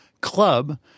Club